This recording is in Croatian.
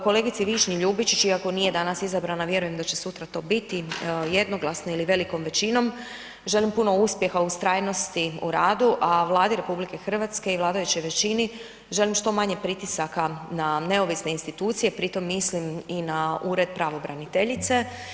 Kolegici Višnji Ljubičić iako nije danas izabrana vjerujem da će sutra to biti jednoglasno ili velikom većinom, želim puno uspjeha, ustrajnosti u radu a Vladi RH i vladajućoj većini želim što manje pritisaka na neovisne institucije, pri tome mislim i na Ured pravobraniteljice.